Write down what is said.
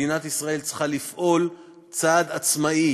מדינת ישראל צריכה לעשות צעד עצמאי